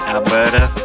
Alberta